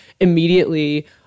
immediately